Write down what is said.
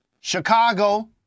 Chicago